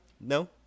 No